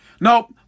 nope